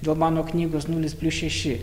dėl mano knygos nulis plius šeši